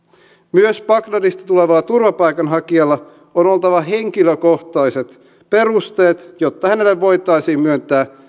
myös bagdadista tulevalla turvapaikanhakijalla on oltava henkilökohtaiset perusteet jotta hänelle voitaisiin myöntää